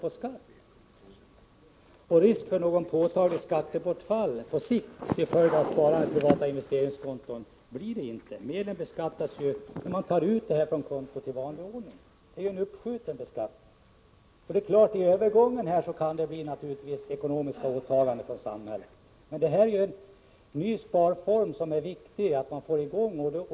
Det blir inte någon risk för något påtagligt skattebortfall på sikt till följd av sparande i privata investeringskonton. Medlen beskattas i vanlig ordning när de tas ut från kontot. Det är således en uppskjuten beskattning. I övergången kan det naturligtvis bli vissa ekonomiska åtaganden från samhället. Men detta är en ny sparform, som det är viktigt att få i gång.